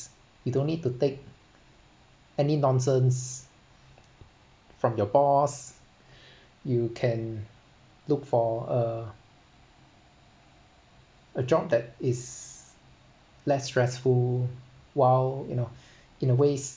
you don't need to take any nonsense from your boss you can look for a a job that is less stressful while you know in a way